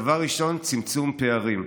דבר ראשון, צמצום פערים.